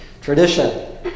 Tradition